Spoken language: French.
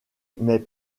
mais